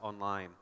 online